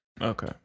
Okay